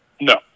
No